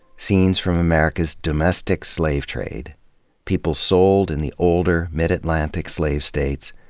scenes from america's domestic slave trade people sold in the older, mid-atlantic slave states,